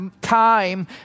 time